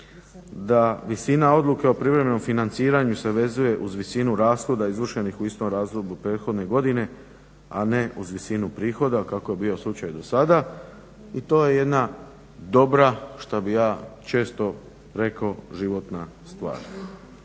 da visina odluke o privremenom financiranju se vezuje uz visinu rashoda izvršenih u istom razdoblju prethodne godine, a ne uz visinu prihoda kako je bio slučaj do sada i to je jedna dobra što bih ja često rekao životna stvar.